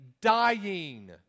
dying